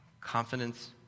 confidence